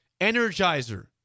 energizer